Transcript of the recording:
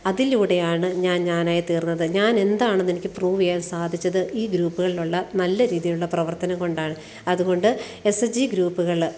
അതിലൂടെയാണ് ഞാൻ ഞാനായി തീർന്നത് ഞാൻ എന്താണെന്ന് എനിക്ക് പ്രൂവ് ചെയ്യാൻ സാധിച്ചത് ഈ ഗ്രൂപ്പുകളിലുള്ള നല്ല രീതിയിലുള്ള പ്രവർത്തനം കൊണ്ടാണ് അത്കൊണ്ട് എസ് എസ് ജി ഗ്രൂപ്പുകൾ